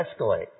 escalate